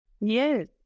yes